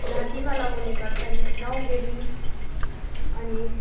घाँटीमा लगाउने गर्छन नौगेडी अनि